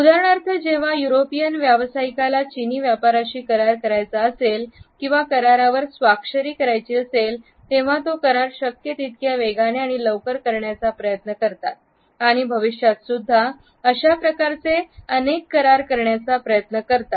उदाहरणार्थ जेव्हा युरोपियन व्यावसायिकाला चिनी व्यापाऱ्याशी करार करायचा असेल किंवा करारावर स्वाक्षरी करायची असेलतेव्हा तो करार शक्य तितक्या वेगाने किंवा लवकर करण्याचा ते प्रयत्न करतात आणि भविष्यात सुद्धा अशा प्रकारचे अनेक करार करण्याचा प्रयत्न करतात